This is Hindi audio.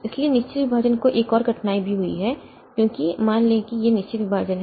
इसलिए निश्चित विभाजन को एक और कठिनाई भी हुई है क्योंकि मान लें कि यह निश्चित विभाजन है